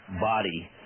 body